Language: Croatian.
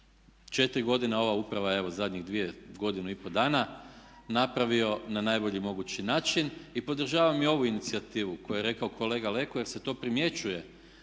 4 godine ova uprava evo zadnjih dvije, godinu i pol dana, napravio na najbolji mogući način. I podržavam i ovu inicijativu koju je rekao kolega Leko, jer se to primjećuje